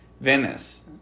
Venice